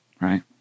Right